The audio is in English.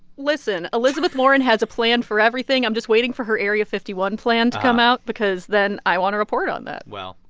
listen. elizabeth warren has a plan for everything. i'm just waiting for her area fifty one plan to come out because then i want to report on that well.